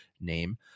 name